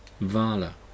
Vala